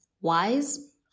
wise